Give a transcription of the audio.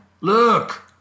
Look